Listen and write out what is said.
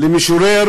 של משורר